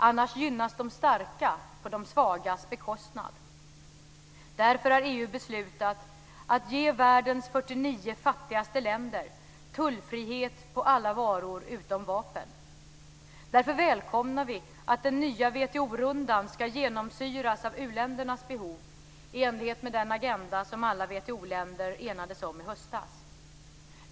Annars gynnas de starka på de svagas bekostnad. Därför har EU beslutat att ge världens 49 fattigaste länder tullfrihet på alla varor utom vapen. Därför välkomnar vi att den nya WTO-rundan ska genomsyras av u-ländernas behov, i enlighet med den agenda som alla WTO-länder enades om i höstas.